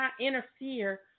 interfere